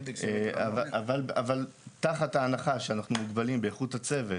אבל תחת ההנחה שאנחנו מוגבלים באיכות הצוות